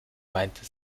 meinte